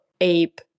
ape